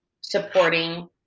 supporting